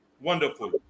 wonderful